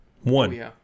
One